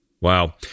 Wow